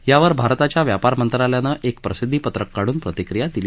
यावर भारताच्या व्यापार मंत्रालयाने एक प्रसिद्धी पत्रक काढून प्रतिक्रिया दिली